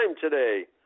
today